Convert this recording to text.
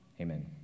Amen